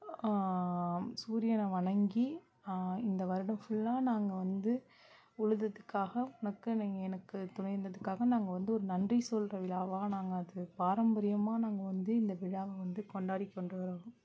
சூரியனை வணங்கி இந்த வருடம் ஃபுல்லாக நாங்கள் வந்து உழுததுக்காக உனக்கு நீங்கள் எனக்கு துணை இருந்ததுக்காக நாங்கள் வந்து ஒரு நன்றி சொல்கிற விழாவாக நாங்கள் அது பாரம்பரியமாக நாங்கள் வந்து இந்த விழாவை வந்து கொண்டாடி கொண்டு வரோம்